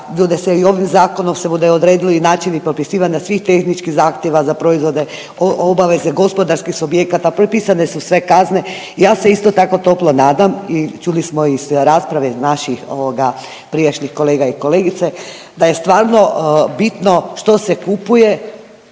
bude se i ovim Zakonom se budu odredili načini propisivanja svih tehničkih zahtjeva za proizvode, obaveze gospodarskih subjekata, propisane su sve kazne. Ja se isto tako toplo nadam i čuli smo iz rasprave naših prijašnjih kolega i kolegica da je stvarno bitno što se kupuje